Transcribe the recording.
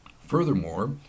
Furthermore